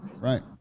Right